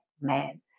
man